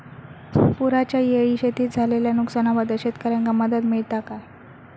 पुराच्यायेळी शेतीत झालेल्या नुकसनाबद्दल शेतकऱ्यांका मदत मिळता काय?